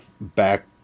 back